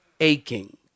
aching